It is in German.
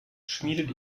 schmiedet